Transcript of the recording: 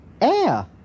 air